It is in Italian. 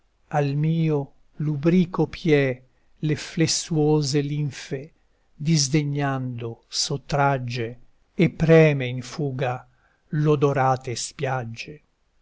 al mio lubrico piè le flessuose linfe disdegnando sottragge e preme in fuga l'odorate spiagge